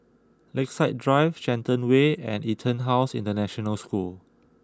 Lakeside Drive Shenton Way and EtonHouse International School